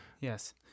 yes